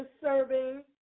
serving